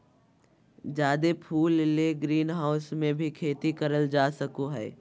जादे फूल ले ग्रीनहाऊस मे भी खेती करल जा सको हय